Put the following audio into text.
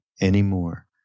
anymore